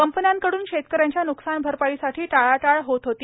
कंपन्यांकडून शेतकऱ्यांच्या न्कसान भरपाईसाठी टाळाटाळ होत होती